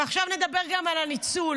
ועכשיו נדבר גם על הניצול.